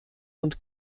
und